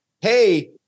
hey